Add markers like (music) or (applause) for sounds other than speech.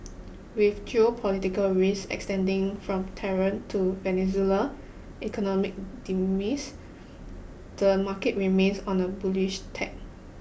with geopolitical risk extending from Tehran to Venezuela economic (unintelligible) the market remains on a bullish tack